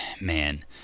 man